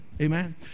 Amen